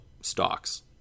stocks